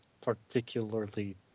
particularly